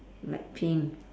light pink